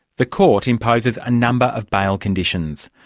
the court imposes a number of bail conditions.